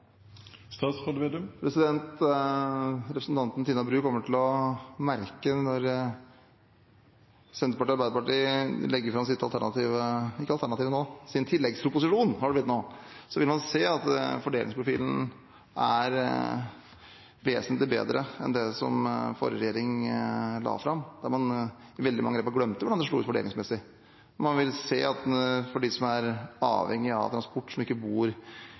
Representanten Tina Bru kommer til å merke, når Senterpartiet og Arbeiderpartiet legger fram sin tilleggsproposisjon, at fordelingsprofilen er vesentlig bedre enn det som forrige regjering la fram. Da glemte man i veldig mange av grepene hvordan det slo ut fordelingsmessig. For dem som er avhengig av transport, og som ikke bor i nærheten av sin egen arbeidsplass, kommer man til å se hvordan man kan gjøre grep for å lette deres hverdag. Så jeg tror ikke